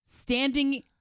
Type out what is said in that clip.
standing